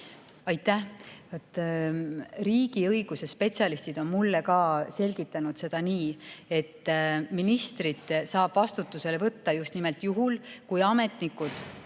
Aitäh! Riigiõiguse spetsialistid on mulle ka selgitanud seda nii, et ministri saab vastutusele võtta just nimelt juhul, kui ametnikud